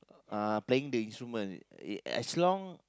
uh playing the instrument uh as long